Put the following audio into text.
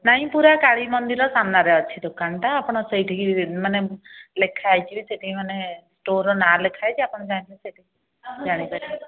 ନାଇଁ ପୁରା କାଳୀ ମନ୍ଦିର ସାମ୍ନାରେ ଅଛି ଦୋକାନଟା ଆପଣ ସେଇଠିକି ମାନେ ଲେଖାହେଇଛି ବି ସେଇଠି ମାନେ ଷ୍ଟୋର୍ର ନାଁ ଲେଖାହୋଇଛି ଆପଣ ଜାଣିପାରିବେ